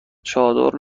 چادر